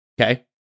okay